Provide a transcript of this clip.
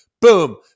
Boom